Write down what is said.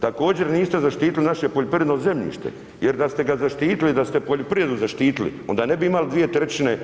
Također, niste zaštitili naše poljoprivredno zemljište jer da ste ga zaštitili, da ste poljoprivredu zaštitili onda ne bi imali 2/